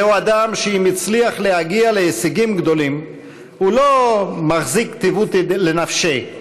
זהו אדם שאם הצליח להגיע להישגים גדולים הוא "לא מחזיק טיבותא לנפשיה",